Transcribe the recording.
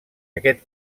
aquest